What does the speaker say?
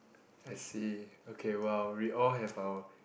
I see okay !wow! we all have our